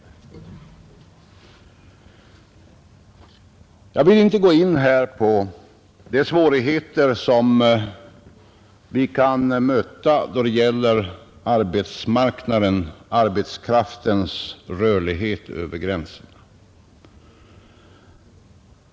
Jag vill inte här gå in på de svårigheter som vi kan möta då det gäller arbetsmarknaden, arbetskraftens rörlighet över gränserna.